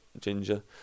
ginger